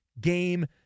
Game